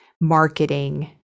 marketing